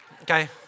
Okay